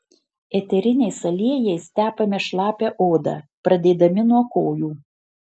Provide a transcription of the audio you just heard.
eteriniais aliejais tepame šlapią odą pradėdami nuo kojų